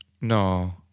No